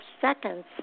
seconds